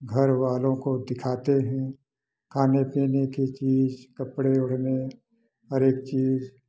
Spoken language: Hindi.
घर वालों को दिखाते हैं खाने पीने की चीज कपड़े ओढ़ने हर एक चीज